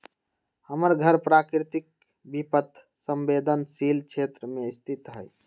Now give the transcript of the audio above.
हमर घर प्राकृतिक विपत संवेदनशील क्षेत्र में स्थित हइ